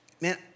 man